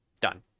Done